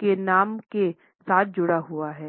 के नाम के साथ जुड़ा हुआ है